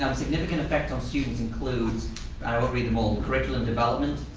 significant effect on students includes i won't read them all curriculum development,